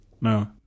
no